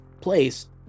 place